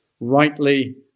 rightly